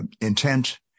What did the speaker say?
intent